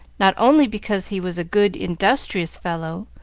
not only because he was a good, industrious fellow,